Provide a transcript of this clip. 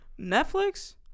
Netflix